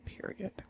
period